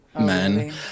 men